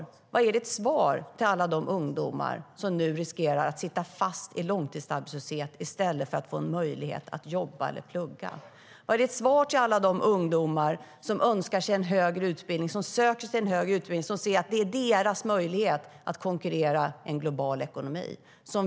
Vilket är ditt svar till alla de ungdomar som nu riskerar att sitta fast i långtidsarbetslöshet i stället för att få möjlighet att jobba eller plugga? Vilket är ditt svar till alla de ungdomar som önskar sig en högre utbildning, som söker sig till en högre utbildning, som ser att det är deras möjlighet att konkurrera i en global ekonomi?